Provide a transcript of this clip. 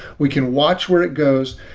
we can watch where it goes.